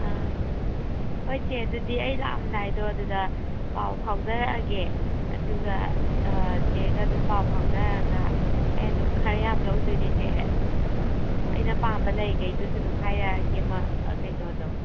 ꯑꯥ ꯍꯣꯏ ꯆꯦ ꯑꯗꯨꯗꯤ ꯑꯩ ꯂꯥꯛꯂꯝꯗꯥꯏꯗꯣ ꯑꯗꯨꯗ ꯄꯥꯎ ꯐꯥꯎꯖꯔꯛꯂꯒꯦ ꯑꯗꯨꯒ ꯆꯦꯒ ꯑꯗꯨꯝ ꯄꯥꯎ ꯐꯥꯎꯅꯔꯒ ꯑꯩ ꯑꯗꯨꯝ ꯈꯔ ꯌꯥꯝ ꯂꯧꯗꯣꯏꯅꯦ ꯆꯦ ꯑꯗꯨꯝ ꯑꯩꯅ ꯄꯥꯝꯕ ꯂꯩꯒꯩꯗꯨꯁꯨ ꯑꯗꯨꯝ ꯍꯥꯏꯔꯛꯂꯒꯦ ꯀꯩꯅꯣꯗꯣ